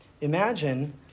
imagine